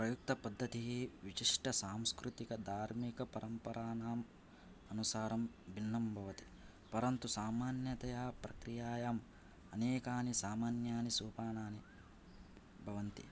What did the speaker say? प्रयुक्त पद्धतिः विशिष्ट सांस्कृतिक धार्मिक परम्परानां अनुसारं भिन्नं भवति परन्तु सामान्यतया प्रक्रियायां अनेकानि सामान्यानि सोपानानि भवन्ति